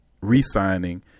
re-signing